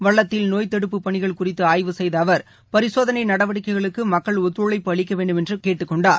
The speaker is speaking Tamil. வல்லத்தில் நோய் தடுப்பு பணிகள் குறித்து ஆய்வு செய்த அவர் பரிசோதனை நடவடிக்கைகளுக்கு மக்கள் ஒத்துழைப்பு அளிக்க வேண்டுமென்று கேட்டுக்கொண்டார்